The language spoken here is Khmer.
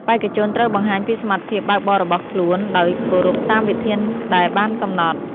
បេក្ខជនត្រូវបង្ហាញពីសមត្ថភាពបើកបររបស់ខ្លួនដោយគោរពតាមវិធានដែលបានកំណត់។